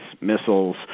missiles